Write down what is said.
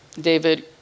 David